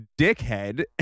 dickhead